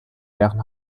leeren